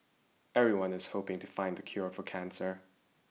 everyone is hoping to find the cure for cancer